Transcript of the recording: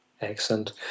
Excellent